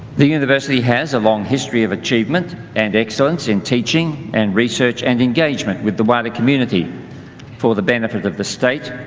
the university has a long history of achievement and excellence in teaching and research and engagement with the wider community for the benefit of the state,